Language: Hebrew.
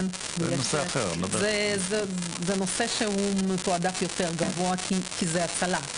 זה נושא שהוא מתועדף יותר גבוה כי זה הצלה.